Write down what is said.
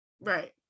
Right